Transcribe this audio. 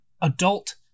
adult